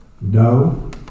No